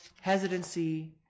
hesitancy